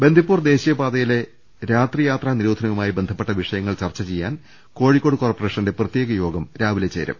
ബന്ദിപ്പൂർ ദേശീയപാതയിലെ രാത്രിയാത്രാ നിരോധനവുമായി ബന്ധപ്പെട്ട വിഷയങ്ങൾ ചർച്ച ചെയ്യാൻ കോഴിക്കോട് കോർപ്പറേഷന്റെ പ്രത്യേക യോഗം രാവിലെ ചേരും